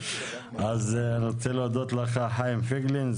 אני רוצה להודות לך חיים פייגלין,